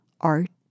Art